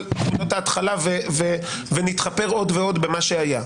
נקודת ההתחלה ונתחפר עוד ועוד במה שהיה.